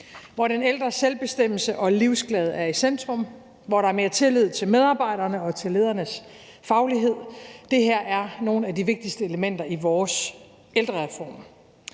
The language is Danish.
hvor den ældres selvbestemmelse og livsglæde er i centrum, og hvor der er mere tillid til medarbejderne og til ledernes faglighed. Det her er nogle af de vigtigste elementer i vores ældrereform.